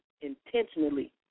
intentionally